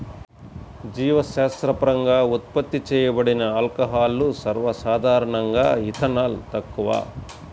జీవశాస్త్రపరంగా ఉత్పత్తి చేయబడిన ఆల్కహాల్లు, సర్వసాధారణంగాఇథనాల్, తక్కువ